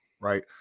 right